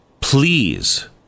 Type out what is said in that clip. please